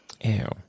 Ew